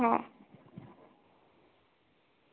હા